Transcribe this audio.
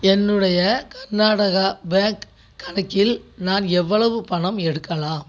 என்னுடைய கர்நாடகா பேங்க் கணக்கில் நான் எவ்வளவு பணம் எடுக்கலாம்